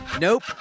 Nope